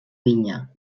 vinya